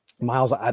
Miles